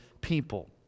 people